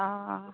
অঁ